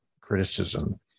criticism